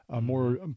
more